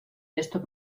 esto